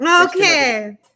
Okay